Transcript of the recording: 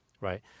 right